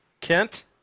Kent